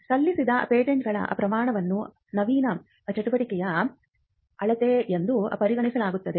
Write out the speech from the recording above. ಸಲ್ಲಿಸಿದ ಪೇಟೆಂಟ್ಗಳ ಪ್ರಮಾಣವನ್ನು ನವೀನ ಚಟುವಟಿಕೆಯ ಅಳತೆ ಎಂದು ಪರಿಗಣಿಸಲಾಗುತ್ತದೆ